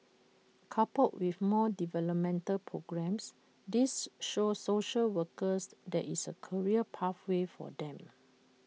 coupled with more developmental programmes this shows social workers there is A career pathway for them